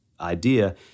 idea